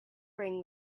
bring